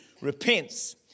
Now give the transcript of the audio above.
repents